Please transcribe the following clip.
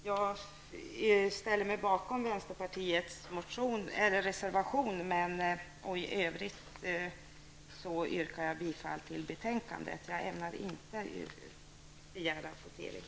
Jag ställer mig bakom vänsterpartiets reservation. I övrigt yrkar jag bifall till utskottets hemställan. Jag ämnar inte begära votering.